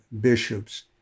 bishops